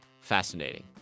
fascinating